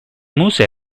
museo